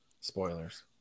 spoilers